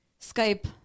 Skype